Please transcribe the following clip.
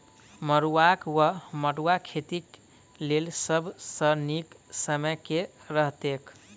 मरुआक वा मड़ुआ खेतीक लेल सब सऽ नीक समय केँ रहतैक?